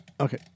Okay